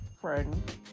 friend